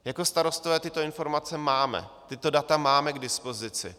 Jako starostové tyto informace máme, tato data máme k dispozici.